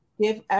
give